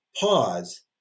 pause